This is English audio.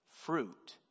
fruit